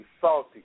salty